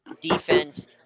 defense